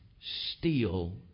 steal